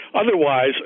Otherwise